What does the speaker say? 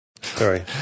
Sorry